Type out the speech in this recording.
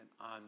on